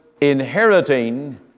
inheriting